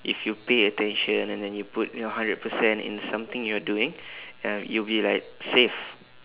if you pay attention and then you put your hundred percent in something you're doing um you will be like safe